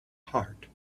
heart